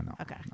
Okay